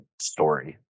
story